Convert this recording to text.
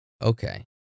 Okay